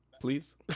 Please